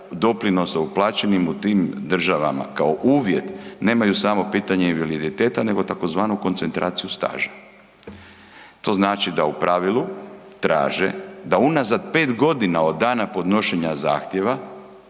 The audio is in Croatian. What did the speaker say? doprinosa uplaćenim u tom državama kao uvjet, nemaju samo pitanje invaliditeta nego tzv. koncentraciju staža. To znači da u pravilu traže da unazad 5 g. od dana podnošenja zahtjeva,